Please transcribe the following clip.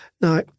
Now